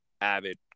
avid